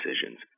decisions